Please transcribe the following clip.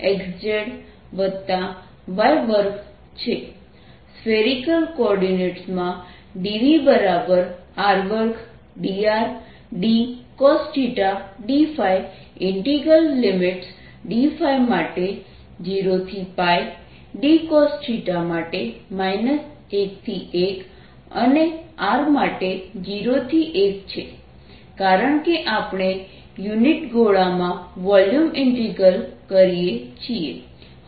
spherical કોઓર્ડિનેટમાં dVr2drdcosθdϕ integral limits dϕ માટે 0 થી π dcosθ માટે 1 થી 1 અને r માટે 0 થી 1 છે કારણ કે આપણે યુનિટ ગોળામાં વોલ્યુમ ઇન્ટીગ્રલ કરીએ છીએ